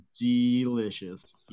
Delicious